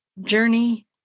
Journey*